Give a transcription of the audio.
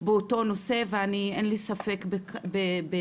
באותו הנושא ואני, אין לי ספק בכך.